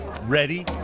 Ready